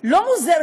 לא מוסרית?